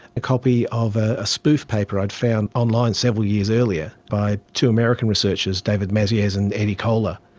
a copy of ah a spoof paper i'd found online several years earlier by two american researchers, david mazieres and eddie kohler,